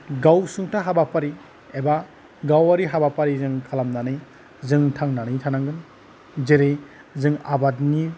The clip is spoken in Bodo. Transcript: गावसुंथा हाबाफारि एबा गावआरि हाबाफारि जों खालामनानै जों थांनानै थानांगोन जेरै जों आबादनि